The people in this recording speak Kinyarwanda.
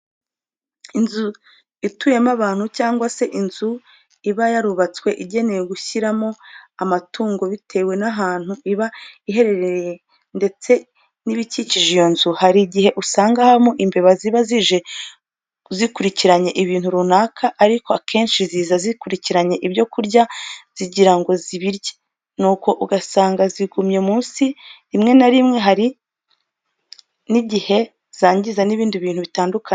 Inzu ituyemo abantu cyangwa se inzu iba yarubatswe igenewe gushyiramo amatungo bitewe n'ahantu iba iherereye ndetse n'ibikikije iyo nzu, hari igihe usanga habamo imbeba ziba zije zikurikiranye ibintu runaka ariko akenshi ziza zikurikiranye ibyo kurya zigira ngo zibirye nuko ugasanga zigumye munsi rimwe na rimwe kandi hari n'igihe zangiza n'ibindi bintu bitandukanye.